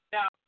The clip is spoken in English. Now